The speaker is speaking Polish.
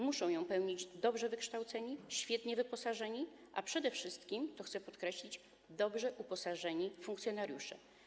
Muszą ją pełnić dobrze wykształceni, świetnie wyposażeni, a przede wszystkim, co chcę podkreślić, dobrze uposażeni funkcjonariusze.